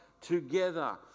together